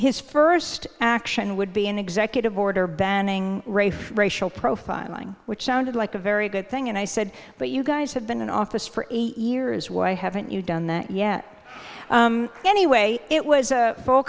his first action would be an executive order banning racial profiling which sounded like a very good thing and i said but you guys have been in office for eight years why haven't you done that yet anyway it was a